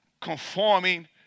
conforming